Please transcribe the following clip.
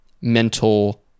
mental